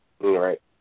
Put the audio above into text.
Right